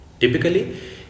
Typically